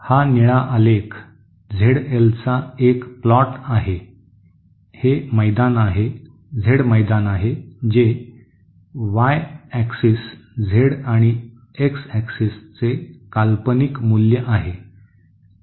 हा निळा आलेख झेड एलचा एक प्लॉट आहे हे मैदान आहे झेड मैदान आहे जे वाई अक्ष झेड आणि एक्स अक्षाचे काल्पनिक मूल्य आहे